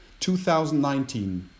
2019